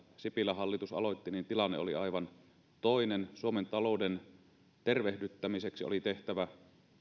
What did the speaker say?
sipilän hallitus aloitti kaksituhattaviisitoista tilanne oli aivan toinen suomen talouden tervehdyttämiseksi oli tehtävä